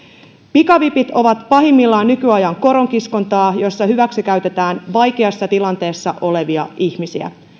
pikavipit ovat pahimmillaan nykyajan koronkiskontaa jossa hyväksikäytetään vaikeassa tilanteessa olevia ihmisiä